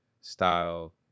style